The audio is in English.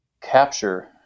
capture